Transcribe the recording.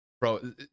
Bro